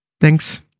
Thanks